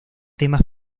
temas